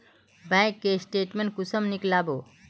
Bank के statement कुंसम नीकलावो?